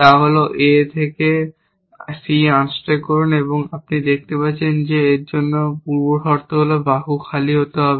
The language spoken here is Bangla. তা হল A থেকে C আনস্ট্যাক করুন এবং আপনি দেখতে পাচ্ছেন যে এর জন্য পূর্বশর্ত হল বাহু খালি হতে হবে